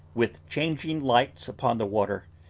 with changing lights upon the water,